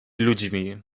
ludźmi